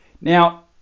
Now